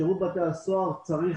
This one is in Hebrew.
בעניין הזה שירות בתי-הסוהר צריך